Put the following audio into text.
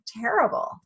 terrible